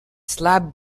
slab